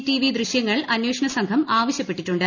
TV ദൃശ്യങ്ങൾ അന്വേഷണസംഘം ആവശ്യപ്പെട്ടിട്ടുണ്ട്